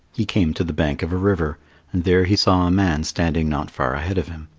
he came to the bank of a river, and there he saw a man standing not far ahead of him.